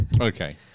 Okay